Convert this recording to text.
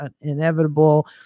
inevitable